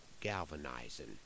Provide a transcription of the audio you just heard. galvanizing